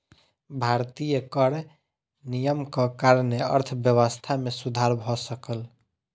भारतीय कर नियमक कारणेँ अर्थव्यवस्था मे सुधर भ सकल